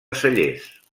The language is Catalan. cellers